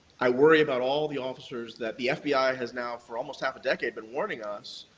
i worry about all the officers that the fbi has now, for almost half a decade, been warning us,